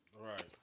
right